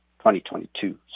2022